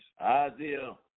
isaiah